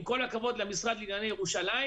עם כל הכבוד למשרד לענייני ירושלים,